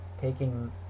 taking